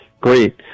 Great